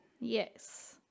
Yes